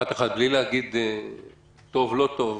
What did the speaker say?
רק משפט אחד, בלי להגיד טוב או לא טוב.